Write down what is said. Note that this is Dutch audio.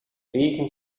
regen